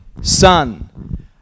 son